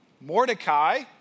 Mordecai